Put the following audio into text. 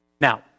Now